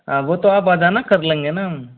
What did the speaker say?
हाँ वो तो आप आ जाना कर लेंगे ना हम